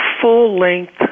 full-length